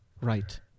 right